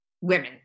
women